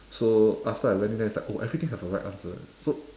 so after I went in then it's like oh everything have a right answer so